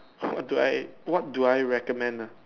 what do I what do I recommend nah